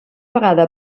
vegada